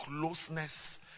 closeness